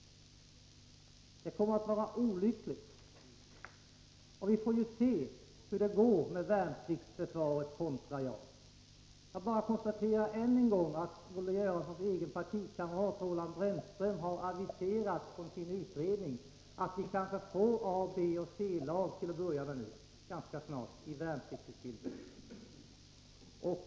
Det vore mycket olyckligt, och vi får ju se hur det går med värnpliktsförsvaret kontra JAS. Jag bara konstaterar än en gång att Olle Göranssons egen partikamrat Roland Brännström har aviserat från sin utredning att vi kanske ganska snart får till att börja med A-, B och C-lag i värnpliktsutbildningen.